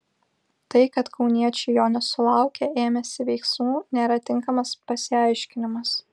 tai kad kauniečiai jo nesulaukę ėmėsi veiksmų nėra tinkamas pasiaiškinimas